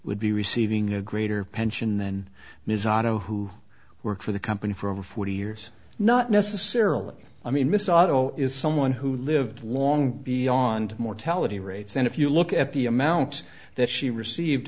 would be receiving a greater pension then misato who worked for the company for over forty years not necessarily i mean misato is someone who lived long beyond mortality rates and if you look at the amount that she received